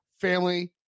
family